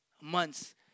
months